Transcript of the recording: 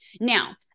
Now